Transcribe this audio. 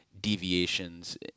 deviations